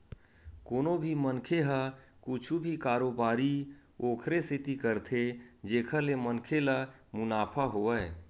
कोनो भी मनखे ह कुछु भी कारोबारी ओखरे सेती करथे जेखर ले मनखे ल मुनाफा होवय